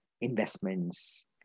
investments